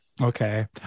Okay